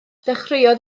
dechreuodd